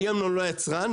אני אומנם לא יצרן,